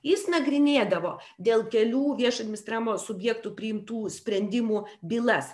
jis nagrinėdavo dėl kelių viešo administravimo subjektų priimtų sprendimų bylas